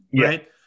right